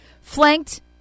flanked